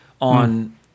on